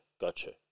Gotcha